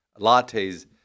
lattes